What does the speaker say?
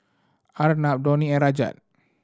Arnab Dhoni and Rajat